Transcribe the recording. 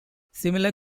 similar